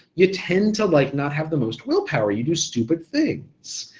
you tend to like not have the most willpower, you do stupid things.